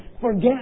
forget